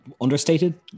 understated